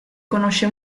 conosce